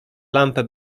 lampę